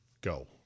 Go